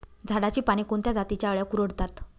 झाडाची पाने कोणत्या जातीच्या अळ्या कुरडतात?